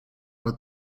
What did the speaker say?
what